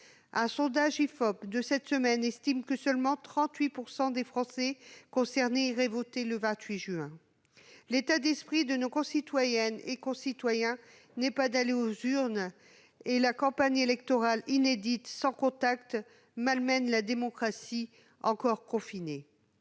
un sondage de l'Ifop paru cette semaine, seulement 38 % des Français concernés iraient voter le 28 juin prochain. De fait, l'état d'esprit de nos concitoyennes et concitoyens n'est pas d'aller aux urnes, et cette campagne électorale inédite, sans contact, malmène la démocratie encore confinée.